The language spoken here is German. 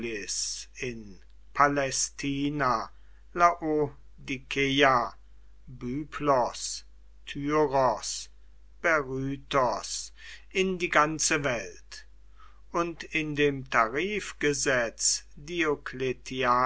in palästina laodikeia byblos tyros berytos in die ganze welt und in dem tarifgesetz